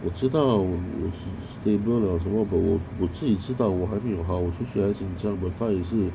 我知道我 stable 了什么 but 我我自己知道我还没有好我就觉得紧张 but 他也是